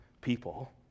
people